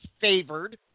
favored